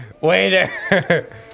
Waiter